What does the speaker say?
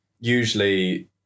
usually